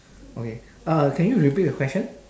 okay uh can you repeat your question